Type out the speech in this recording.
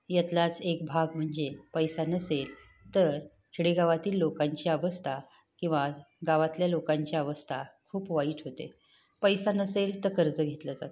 यातलाच एक भाग म्हणजे पैसा नसेल तर खेडेगावातील लोकांची अवस्था किंवा गावातल्या लोकांची अवस्था खूप वाईट होते पैसा नसेल तर कर्ज घेतलं जातं